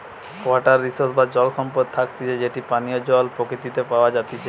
water resource বা জল সম্পদ থাকতিছে যেটি পানীয় জল প্রকৃতিতে প্যাওয়া জাতিচে